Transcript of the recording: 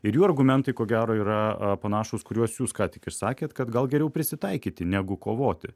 ir jų argumentai ko gero yra panašūs kuriuos jūs ką tik išsakėt kad gal geriau prisitaikyti negu kovoti